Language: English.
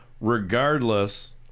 regardless